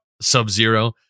Sub-Zero